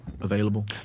available